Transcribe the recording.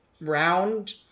round